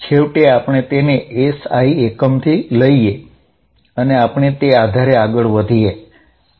છેવટે આપણે તેને SI એકમથી લઇએ અને આપણે તે આધારે આગળ વધીએ